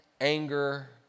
anger